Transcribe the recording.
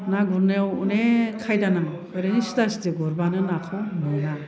ना गुरनायाव अनेक खायदा नांगौ ओरैनो सिदा सिदि गुरबानो नाखौ मोना